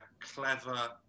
clever